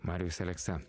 marijus aleksa